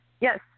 Yes